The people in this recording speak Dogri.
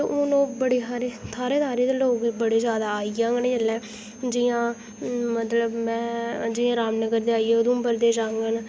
ते हुन ओह् बड़ी हारी थाहरें थाहरें लोग बड़े ज्यादा आई जाह्ङन जेल्लै जि'यां मतलब में जि'यां रामनगर जाइयै उधमपुर दे जाह्ङन